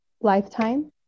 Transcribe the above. lifetime